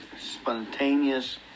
spontaneous